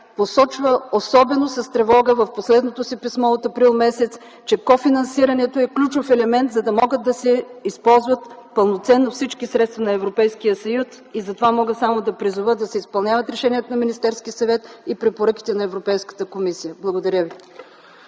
посочва с тревога в последното си писмо от м. април, че кофинансирането е ключов елемент, за да могат да се използват пълноценно всички средства на Европейския съюз. Затова мога само да призова да се изпълняват решенията на Министерския съвет и препоръките на Европейската комисия. Благодаря Ви.